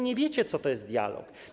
Nie wiecie, co to jest dialog.